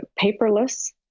paperless